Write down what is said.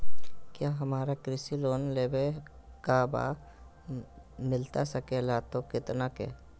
क्या हमारा कृषि लोन लेवे का बा मिलता सके ला तो कितना के?